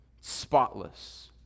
spotless